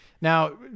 Now